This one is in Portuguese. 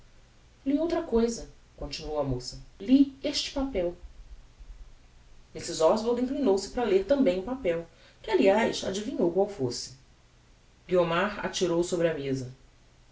li outra cousa continuou a moça li este papel mrs oswald inclinou-se para ler também o papel que aliás adivinhou qual fosse guiomar atirou-o sobre a mesa